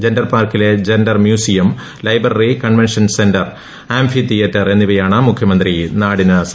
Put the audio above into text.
gender പാർക്കിലെ gender museum library convention centre amphitheatre എന്നിവയാണ് മുഖ്യമന്ത്രി നാടിന് സമർപ്പിച്ചത്